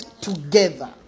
together